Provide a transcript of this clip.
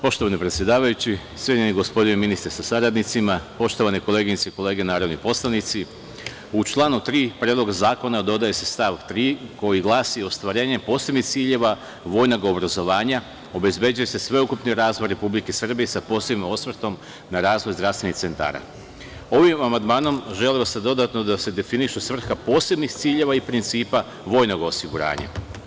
Poštovani predsedavajući, cenjeni gospodine ministre sa saradnicima, poštovane koleginice i kolege narodni poslanici, u članu 3. Predloga zakona dodaje se stav 3. koji glasi: „Ostvarenjem posebnih ciljeva vojnog obrazovanja obezbeđuje se sveukupni razvoj Republike Srbije, sa posebnim osvrtom na razvoj zdravstvenih centara.“ Ovim amandmanom želeli smo dodatno da se definiše svrha posebnih ciljeva i principa vojnog osiguranja.